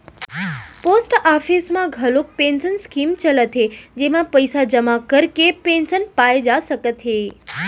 post office म घलोक pension scheme चलत हे जेमा पइसा जमा करके पेंसन पाए जा सकत हे